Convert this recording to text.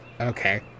Okay